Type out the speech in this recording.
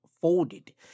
folded